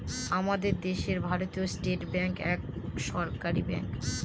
আমাদের দেশে ভারতীয় স্টেট ব্যাঙ্ক এক সরকারি ব্যাঙ্ক